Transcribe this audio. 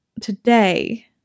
today